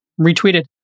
retweeted